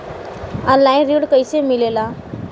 Online ऋण कैसे मिले ला?